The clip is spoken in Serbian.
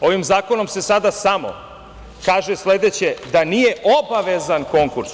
Ovim zakonom se sada samo kaže sledeće – da nije obavezan konkurs.